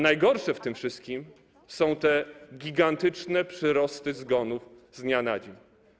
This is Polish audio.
Najgorsze w tym wszystkim są te gigantyczne przyrosty zgonów z dnia na dzień.